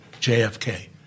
JFK